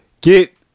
Get